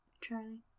Charlie